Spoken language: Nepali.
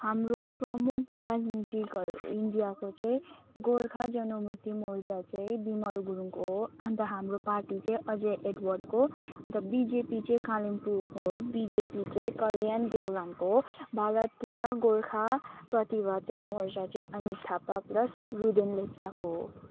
हाम्रो प्रमुख राजनीतिकहरू इन्डियाको चाहिँ गोर्खा जनमुक्ति मोर्चा चाहिँ बिमल गुरुङको हो अन्त हाम्रो पार्टी चाहिँ अजय एडवर्डको अन्त बिजेपी चाहिँ कालिम्पोङको हो बिजेपी चाहिँ कल्याण देवानको हो भारतीय गोर्खा प्रतिभाचा मोर्चा चाहिँ अनित थापा प्लस रूदेन लेप्चाको हो